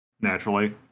naturally